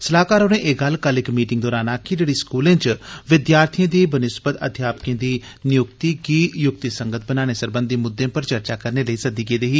सलाह्कार होरें एह् गल्ल कल इक मीटिंग दरान आक्खी जेह्ड़ी स्कूलें च विद्यार्थिएं दी बनिस्वत अध्यापकें दी नियुक्तिएं गी युक्तिसंगत बनाने सरबंधी मुद्दें पर चर्चा करने लेई सद्दी गेदी ऐ